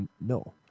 No